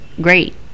great